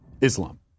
Islam